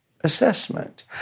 assessment